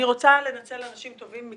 אני רוצה לנצל אנשים טובים,